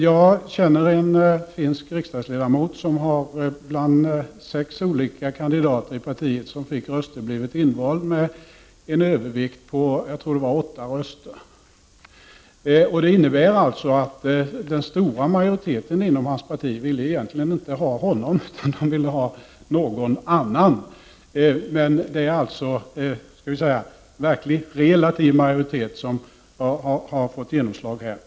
Jag känner en finsk riksdagsledamot, som bland sex olika kandidater i partiet som fick röster blev invald med en övervikt på åtta röster. Det innebar alltså att den stora majoriteten inom hans parti egentligen inte ville ha honom utan någon annan. Här är det en verkligt relativ majoritet som har fått genomslag.